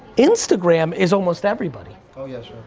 instagram is almost everybody. oh yes,